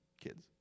kids